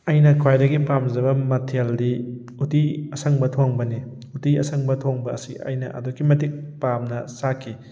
ꯑꯩꯅ ꯈ꯭ꯋꯥꯏꯗꯒꯤ ꯄꯥꯝꯖꯕ ꯃꯊꯦꯜꯗꯤ ꯎꯇꯤ ꯑꯁꯪꯕ ꯊꯣꯡꯕꯅꯤ ꯎꯇꯤ ꯑꯁꯪꯕ ꯊꯣꯡꯕ ꯑꯁꯤ ꯑꯩꯅ ꯑꯗꯨꯛꯀꯤ ꯃꯇꯤꯛ ꯄꯥꯝꯅ ꯆꯥꯈꯤ